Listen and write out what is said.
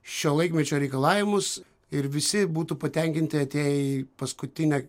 šio laikmečio reikalavimus ir visi būtų patenkinti atėję į paskutinę